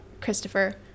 Christopher